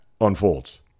unfolds